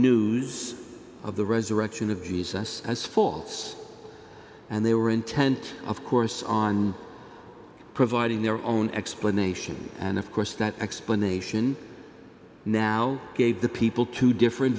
news of the resurrection of jesus as falls and they were intent of course on providing their own explanations and of course that explanation now gave the people two different